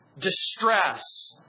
distress